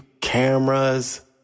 cameras